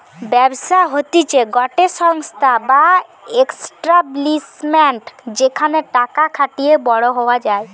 ব্যবসা হতিছে গটে সংস্থা বা এস্টাব্লিশমেন্ট যেখানে টাকা খাটিয়ে বড়ো হওয়া যায়